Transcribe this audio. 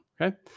Okay